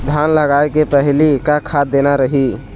धान लगाय के पहली का खाद देना रही?